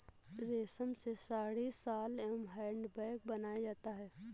रेश्म से साड़ी, शॉल एंव हैंड बैग बनाया जाता है